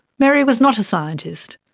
mary was not a scientist,